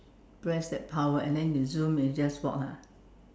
press that power and then you zoom is just walk ah